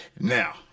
Now